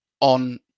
on